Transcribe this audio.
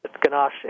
ganache